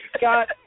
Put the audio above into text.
got